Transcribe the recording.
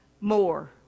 more